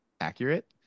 accurate